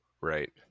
Right